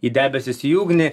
į debesis į ugnį